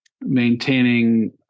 maintaining